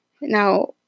Now